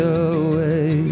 away